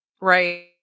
Right